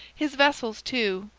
his vessels, too,